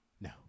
No